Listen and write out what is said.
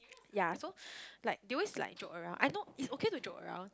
ya so like they always like joke around I know it's okay to joke around